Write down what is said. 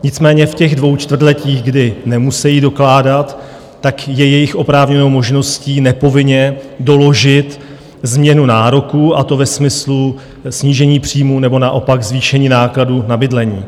Nicméně v těch dvou čtvrtletích, kdy nemusejí dokládat, je jejich oprávněnou možností nepovinně doložit změnu nároků, a to ve smyslu snížení příjmů nebo naopak zvýšení nákladů na bydlení.